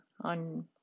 on